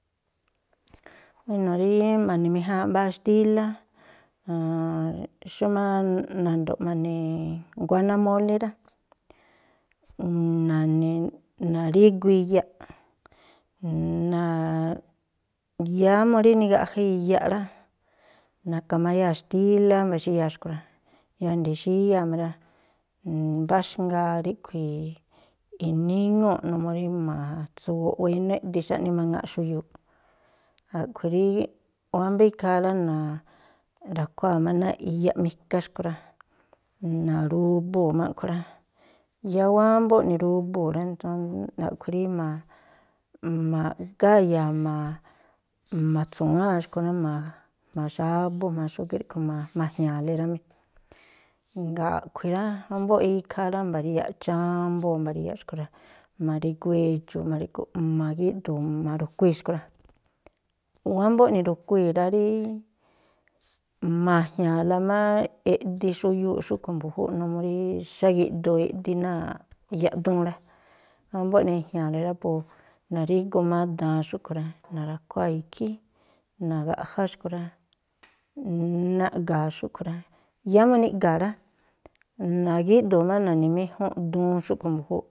Buéno̱, rí ma̱ni̱méjáánꞌ mbáá xtílá, xúmá nando̱ꞌ ma̱ni̱ nguáná mólí rá. na̱ni̱, na̱rígu iyaꞌ, yáá mú rí nigaꞌja rá, naka má áyáa̱ xtílá mba̱xíyáa̱ xkui̱ rá. Yáá ndi̱xíyáa̱ má rá, mbáxngaa ríꞌkhui̱ i̱níŋúu̱ꞌ numuu rí ma̱tsuwooꞌ wénú eꞌdi xáꞌni maŋa̱ꞌ xuyuu̱ꞌ. A̱ꞌkhui̱ rí wámbá ikhaa rá, na̱ra̱khuáa̱ má náa̱ꞌ iyaꞌ mika xkui̱ rá, na̱rubuu̱ má a̱ꞌkhui̱ rá. Yáá wámbóꞌ ni̱rubuu̱ rá, a̱ꞌkhui̱ rí ma̱ꞌgáya̱a̱ ma̱ ma̱tsu̱wáa̱n xkui̱ rá, jma̱a xábú jma̱a xógíꞌ ríꞌkhui̱ ma̱ ma̱jña̱a̱le rá mí. Jngáa̱ a̱ꞌkhui̱ rá, wámbóꞌ ikhaa rá, mba̱ríyáꞌ chámbóo̱ mba̱ríyáꞌ xkui̱ rá, ma̱rígú edxu̱u̱ ma̱rígú, ma̱gíꞌdu̱u̱ ma̱ru̱kuii̱ xkui̱ rá. Wámbóꞌ ni̱ru̱kuii̱ rá, rí ma̱jña̱a̱la má eꞌdi xuyuu̱ꞌ xúꞌkhui̱ mbu̱júúꞌ numuu rí xági̱ꞌdoo eꞌdi náa̱ꞌ yaꞌduun rá. Wámbóꞌ ne̱jña̱a̱le rá po na̱rígu má daan xúꞌkhui̱ rá, na̱ra̱khuáa̱ ikhí nagaꞌjá xkui̱ rá. Naꞌga̱a̱ xúꞌkhui̱ rá, yáá mú niꞌga̱a̱ rá, na̱gíꞌdu̱u̱ má na̱ni̱méjúnꞌ duun xúꞌkhui̱ mbu̱júúꞌ.